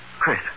Chris